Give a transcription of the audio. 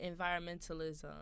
environmentalism